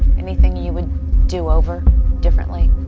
anything you would do over differently?